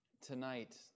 tonight